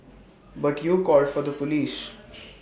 but you called for the Police